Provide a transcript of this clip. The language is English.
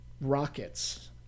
rockets